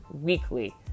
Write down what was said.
weekly